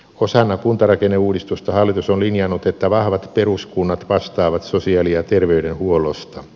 osana kuntarakenneuudistusta hallitus on linjannut että vahvat peruskunnat vastaavat sosiaali ja terveydenhuollosta